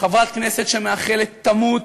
חברת כנסת שמאחלת "תמות,